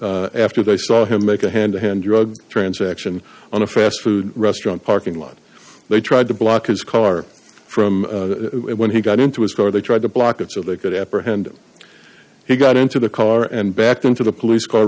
smith after they saw him make a hand to hand you are transaction on a fast food restaurant parking lot they tried to block his car from when he got into his car they tried to block it so they could apprehend him he got into the car and backed into the police car